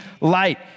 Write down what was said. light